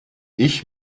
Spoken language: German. ich